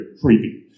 creepy